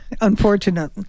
Unfortunate